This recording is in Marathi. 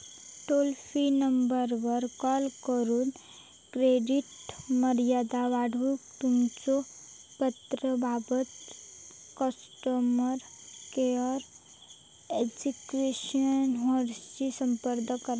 टोल फ्री नंबरवर कॉल करून क्रेडिट मर्यादा वाढवूक तुमच्यो पात्रतेबाबत कस्टमर केअर एक्झिक्युटिव्हशी संपर्क करा